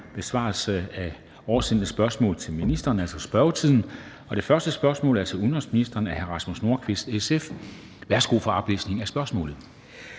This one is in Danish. besvarelse af oversendte spørgsmål til ministrene, altså spørgetiden. Det første spørgsmål er til udenrigsministeren af hr. Rasmus Nordqvist fra SF. Kl. 13:01 Spm.